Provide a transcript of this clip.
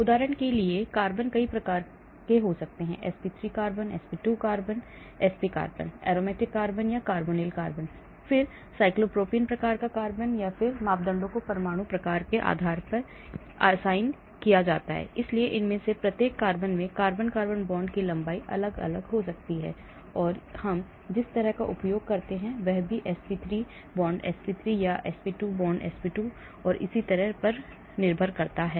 उदाहरण के लिए कार्बन कई प्रकार के हो सकते हैं sp3 carbon sp2 carbon sp carbon aromatic carbon carbonyl carbon फिर साइक्लोप्रोपेन प्रकार कार्बन साइक्लोप्रोपीन प्रकार कार्बन और फिर मापदंडों को परमाणु प्रकारों के आधार पर असाइन किया जाता है इसलिए इनमें से प्रत्येक कार्बन में कार्बन कार्बन बॉन्ड की लंबाई अलग अलग हो सकती है और हम जिस जगह का उपयोग करते हैं वह भी sp3 sp3 या sp2 sp2 और इसी तरह निर्भर करता है